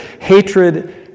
hatred